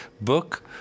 book